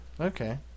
Okay